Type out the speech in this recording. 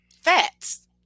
fats